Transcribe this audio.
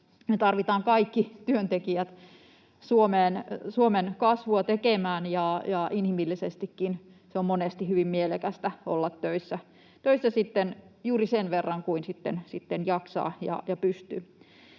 Me tarvitaan kaikki työntekijät Suomen kasvua tekemään, ja inhimillisestikin se on monesti hyvin mielekästä olla töissä sitten juuri sen verran kuin jaksaa ja pystyy.